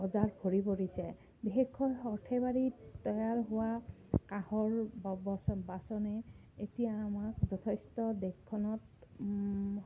বজাৰ ভৰি পৰিছে বিশেষকৈ সৰ্থেবাৰীত তৈয়াৰ হোৱা কাঁহৰ বাচনে এতিয়া আমাক যথেষ্ট দেশখনত